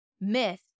myth